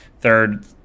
third